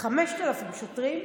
5,000 שוטרים,